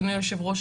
אדוני היושב-ראש,